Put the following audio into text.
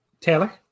Taylor